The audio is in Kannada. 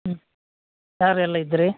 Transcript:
ಹ್ಞೂ ಯಾರೆಲ್ಲ ಇದ್ದಿರಿ